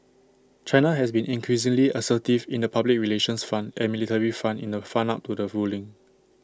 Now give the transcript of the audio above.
China has been increasingly assertive in the public relations front and military front in the fun up to the ruling